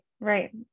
right